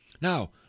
now